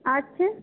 আছে